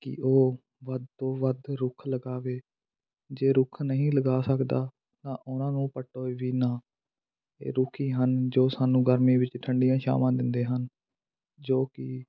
ਕਿ ਉਹ ਵੱਧ ਤੋਂ ਵੱਧ ਰੁੱਖ ਲਗਾਵੇ ਜੇ ਰੁੱਖ ਨਹੀਂ ਲਗਾ ਸਕਦਾ ਤਾਂ ਉਹਨਾਂ ਨੂੰ ਪੱਟੋ ਵੀ ਨਾ ਇਹ ਰੁੱਖ ਹੀ ਹਨ ਜੋ ਸਾਨੂੰ ਗਰਮੀ ਵਿੱਚ ਠੰਡੀਆਂ ਛਾਵਾਂ ਦਿੰਦੇ ਹਨ ਜੋ ਕਿ